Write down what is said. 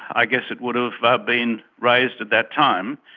i guess it would have ah been raised at that time,